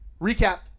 Recap